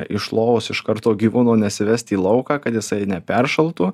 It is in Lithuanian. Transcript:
iš lovos iš karto gyvūno nesivesti į lauką kad jisai neperšaltų